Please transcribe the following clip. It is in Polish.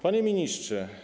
Panie Ministrze!